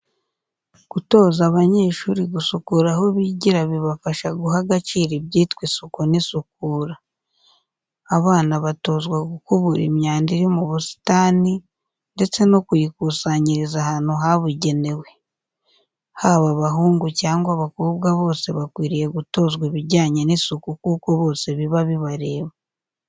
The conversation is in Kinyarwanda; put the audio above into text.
Gutoza abanyeshuri gusukura aho bigira bibafasha guha agaciro ibyitwa isuku n'isukura. Abana batozwa gukubura imyanda iri mu busitani ndetse no kuyikusanyiriza ahantu habugenewe. Haba abahungu cyangwa abakobwa bose bakwiriye gutozwa ibijyane n'isuku kuko bose biba bibareba.